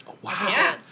Wow